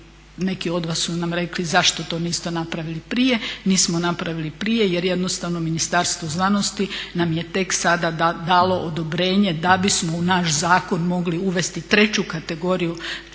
neki od vas su nam rekli zašto to niste napravili prije, nismo napravili prije jer jednostavno Ministarstvo znanosti nam je tek sada dalo odobrenje da bismo u naš zakon mogli uvesti treću kategoriju